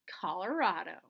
Colorado